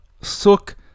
Sook